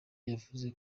yavuze